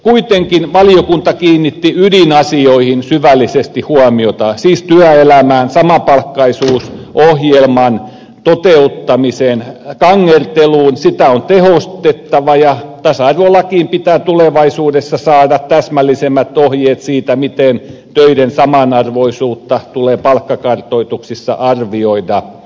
kuitenkin valiokunta kiinnitti ydinasioihin syvällisesti huomiota siis työelämään samapalkkaisuusohjelman toteuttamiseen kangerteluun sitä on tehostettava ja tasa arvolakiin pitää tulevaisuudessa saada täsmällisemmät ohjeet siitä miten töiden samanarvoisuutta tulee palkkakartoituksissa arvioida